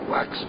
Wax